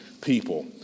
people